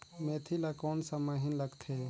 मेंथी ला कोन सा महीन लगथे?